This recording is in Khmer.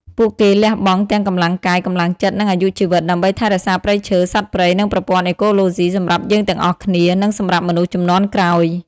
ពួកគេលះបង់ទាំងកម្លាំងកាយ កម្លាំងចិត្ត និងអាយុជីវិត ដើម្បីថែរក្សាព្រៃឈើ សត្វព្រៃ និងប្រព័ន្ធអេកូឡូស៊ីសម្រាប់យើងទាំងអស់គ្នា និងសម្រាប់មនុស្សជំនាន់ក្រោយ។